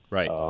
right